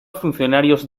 funcionarios